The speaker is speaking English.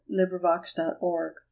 LibriVox.org